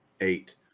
Eight